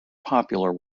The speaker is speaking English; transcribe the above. popular